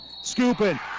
scooping